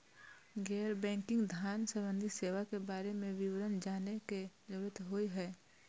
गैर बैंकिंग धान सम्बन्धी सेवा के बारे में विवरण जानय के जरुरत होय हय?